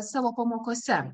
savo pamokose